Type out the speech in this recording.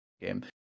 game